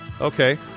Okay